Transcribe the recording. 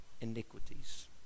iniquities